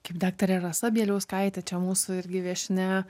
kaip daktarė rasa bieliauskaitė čia mūsų irgi viešnia